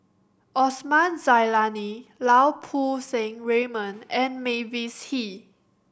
Osman Zailani Lau Poo Seng Raymond and Mavis Hee